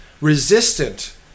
resistant